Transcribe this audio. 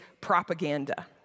propaganda